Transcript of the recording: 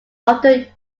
often